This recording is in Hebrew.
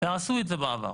ועשו את זה בעבר.